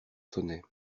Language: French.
sonnaient